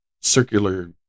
circular